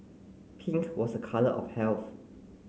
pink was a colour of health